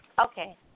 Okay